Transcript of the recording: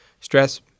Stress